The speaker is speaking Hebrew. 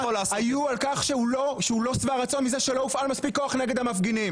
היו על כך שהוא לא שבע רצון מזה שלא הופעל מספיק כוח כלפי המפגינים.